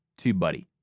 TubeBuddy